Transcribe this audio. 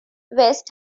west